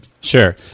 Sure